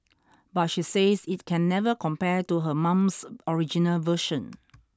but she says it can never compare to her mom's original version